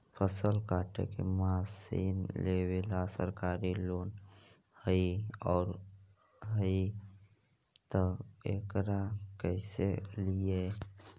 फसल काटे के मशीन लेबेला सरकारी लोन हई और हई त एकरा कैसे लियै?